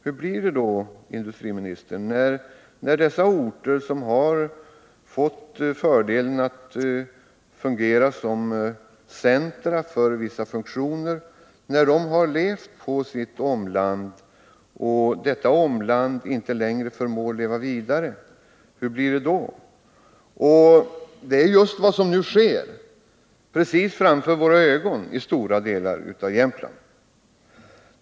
Hur blir det, industriministern, när dessa orter, som har fått fördelen att fungera som centra för vissa funktioner, har levt på sitt omland men detta omland inte längre förmår leva vidare? Det är just vad som nu sker framför våra ögon i stora delar av Jämtland.